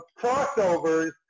crossovers